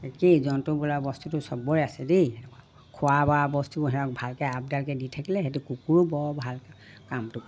একেই জন্তু বোলা বস্তুটো চবৰে আছে দেই খোৱা বোৱা বস্তুবোৰ সিহঁতক ভালকৈ আপডালকৈ দি থাকিলে সিহঁতে কুকুৰো বৰ ভাল কামটো